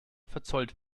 verzollt